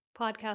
Podcast